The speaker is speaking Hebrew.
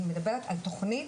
אני מדברת על תוכנית